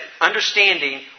understanding